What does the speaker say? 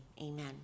Amen